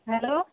hello